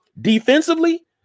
Defensively